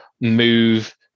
move